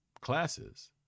classes